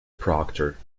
proctor